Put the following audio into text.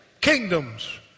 Kingdoms